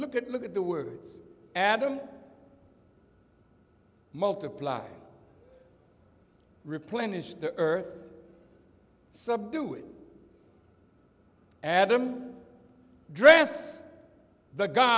look at look at the words adam multiply replenish the earth subdue it adam dress the g